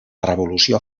revolució